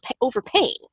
overpaying